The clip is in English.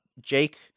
Jake